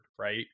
right